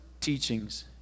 teachings